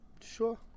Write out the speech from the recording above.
Sure